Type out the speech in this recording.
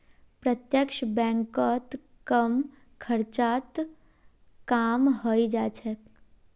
प्रत्यक्ष बैंकत कम खर्चत काम हइ जा छेक